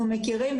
אנחנו מכירים,